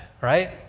right